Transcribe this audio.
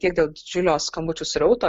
tiek dėl didžiulio skambučių srauto